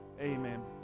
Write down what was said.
Amen